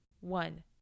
one